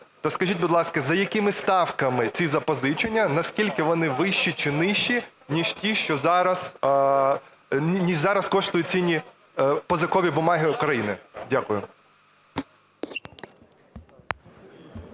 То скажіть, будь ласка, за якими ставками ці запозичення? Наскільки вони вищі чи нижчі, ніж ті, що зараз… ніж зараз коштують цінні позикові бумаги України? Дякую.